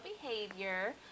behavior